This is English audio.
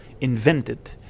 invented